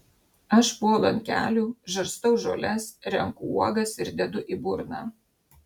aš puolu ant kelių žarstau žoles renku uogas ir dedu į burną